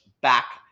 back